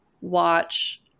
watch